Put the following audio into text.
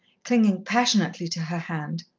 clinging passionately to her hand.